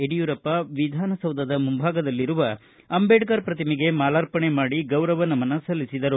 ಯಡಿಯೂರಪ್ಪ ವಿಧಾನಸೌಧ ಮುಂಭಾಗದಲ್ಲಿರುವ ಅಂಬೇಡ್ಕರ್ ಪ್ರತಿಮೆಗೆ ಮಾಲಾರ್ಪಣೆ ಮಾಡಿ ಗೌರವ ನಮನ ಸಲ್ಲಿಸಿದರು